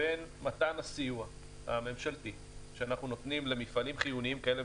בין מתן הסיוע הממשלתי שאנחנו נותנים למפעלים חיוניים כאלה